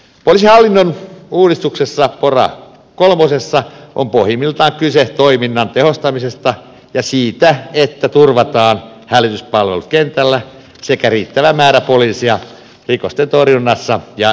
poliisihallinnon uudistuksessa pora kolmosessa on pohjimmiltaan kyse toiminnan tehostamisesta ja siitä että turvataan hälytyspalvelut kentällä sekä riittävä määrä poliiseja rikosten torjunnassa ja esitutkintatehtävissä